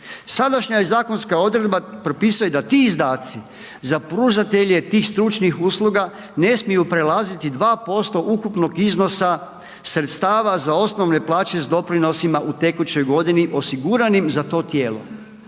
Sadašnja je zakonska odredba, propisuje da ti izdaci za pružatelje tih stručnih usluga ne smiju prelaziti 2% ukupnog iznosa sredstava za osnovne plaće sa doprinosima u tekućoj godini osiguranim za to tijelo.